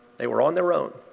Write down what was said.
they were on their own.